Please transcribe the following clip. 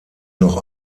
noch